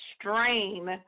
strain